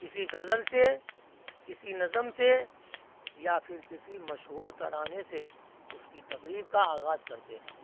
کسی غزل سے کسی نظم سے یا پھر کسی مشہور ترانے سے اس کی تقریب کا آغاز کرتے ہیں